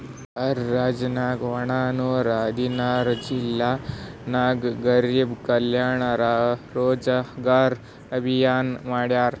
R ರಾಜ್ಯನಾಗ್ ವಟ್ಟ ನೂರಾ ಹದಿನಾರ್ ಜಿಲ್ಲಾ ನಾಗ್ ಗರಿಬ್ ಕಲ್ಯಾಣ ರೋಜಗಾರ್ ಅಭಿಯಾನ್ ಮಾಡ್ಯಾರ್